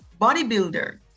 bodybuilder